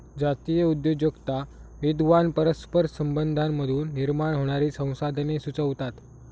जातीय उद्योजकता विद्वान परस्पर संबंधांमधून निर्माण होणारी संसाधने सुचवतात